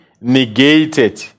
negated